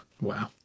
Wow